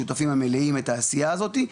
ביחד עם השותפים המלאים את העשייה הזאתי,